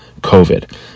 COVID